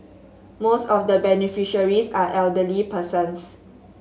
most of the beneficiaries are elderly persons